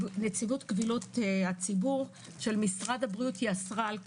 נציבות קבילות הציבור של משרד הבריאות אסרה על כך,